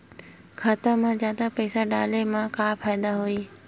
खाता मा जादा पईसा डाले मा का फ़ायदा होही?